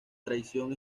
traición